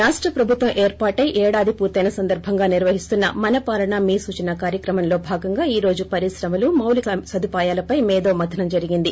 రాష్ట ప్రభుత్వం ఏర్పాటై ఏడాది పూర్తి అయిన సందర్బంగా నిర్వహిస్తున్న మన పాలన మీ సూచన కార్యక్రమంలో భాగంగా ఈ రోజు పరిశ్రమలు మాలీక సదుపాయాల పై మేధోమదనం జరిగింది